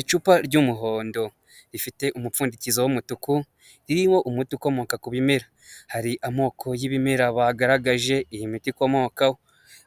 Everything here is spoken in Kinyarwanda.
Icupa ry'umuhondo rifite umupfundikizo w'umutuku, ririho umuti ukomoka ku bimera hari amoko y'ibimera bagaragaje, iyi miti ikomoka